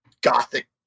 gothic